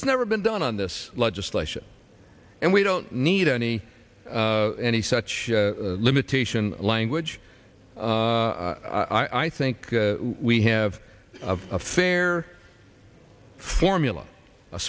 it's never been done on this legislation and we don't need any any such limitation language i think we have a fair formula a